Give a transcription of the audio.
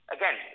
Again